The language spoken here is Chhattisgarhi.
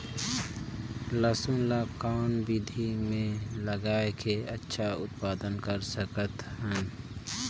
लसुन ल कौन विधि मे लगाय के अच्छा उत्पादन कर सकत हन?